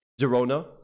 Girona